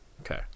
Okay